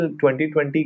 2020